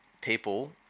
people